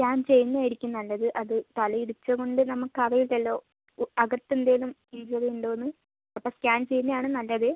scan ചെയ്യുന്നതായിരിക്കും നല്ലത് അത് തല ഇടിച്ചതുകൊണ്ട് നമുക്കറിയില്ലല്ലോ അകത്തെന്തെങ്കിലും ഇൻജ്വറി ഉണ്ടോയെന്ന് അപ്പോൾ സ്കാൻ ചെയ്യുന്നതാണ് നല്ലത്